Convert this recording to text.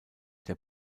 der